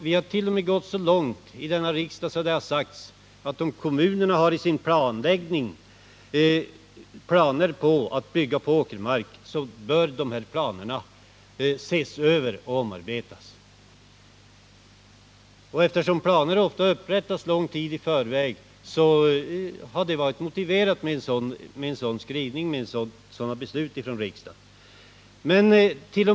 Vi har t.o.m. gått så långt att vi sagt att om kommunerna har planer på att bygga på åkermark bör dessa planer ses över och omarbetas. Eftersom planer ofta upprättas lång tid i förväg har en sådan skrivning och sådana beslut av riksdagen varit motiverade.